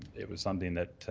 it was something that